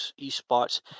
esports